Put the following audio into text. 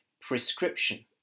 Prescription